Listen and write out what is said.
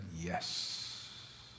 Yes